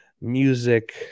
music